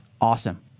Awesome